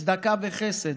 צדקה וחסד,